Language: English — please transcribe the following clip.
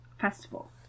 Festival